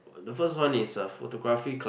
the first one is a photography club